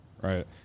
Right